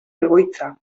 egoitza